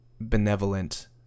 benevolent